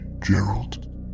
Gerald